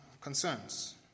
concerns